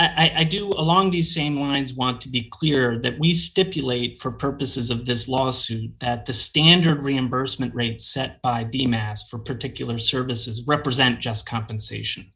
i do along the same lines want to be clear that we stipulate for purposes of this lawsuit that the standard reimbursement rates set by the mass for particular services represent just compensation